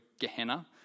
Gehenna